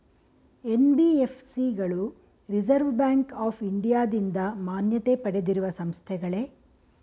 NBFC ಗಳು reserve bank of ಇಂಡಿಯಾದಿಂದ ಮಾನ್ಯತೆ ಪಡೆದಿರುವ ಸಂಸ್ಥೆಗಳೇ?